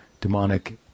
demonic